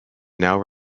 now